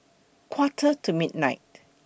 Quarter to midnight